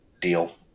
deal